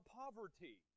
poverty